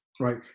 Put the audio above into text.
Right